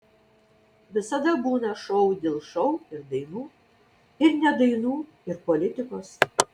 visada būna šou dėl šou ir dainų ir ne dainų ir politikos